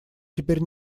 теперь